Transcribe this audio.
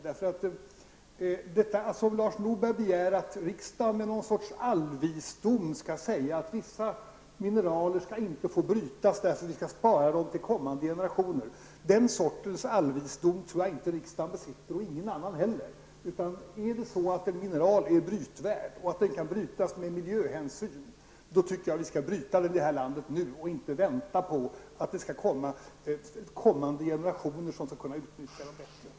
Lars Norberg begär att riksdagen som någon sorts allvisdom skall säga att vissa mineraler inte skall få brytas därför att vi skall spara dem åt kommande generationer. Den sortens allvisdom tror jag inte riksdagen besitter och ingen annan heller. Är någon mineral brytvärd och kan brytas med miljöhänsyn, då tycker jag att vi skall bryta den i det här landet nu och inte vänta på att kommande generationer skall utnyttja den bättre.